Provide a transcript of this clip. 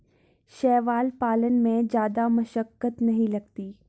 शैवाल पालन में जादा मशक्कत नहीं लगती